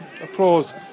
Applause